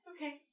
Okay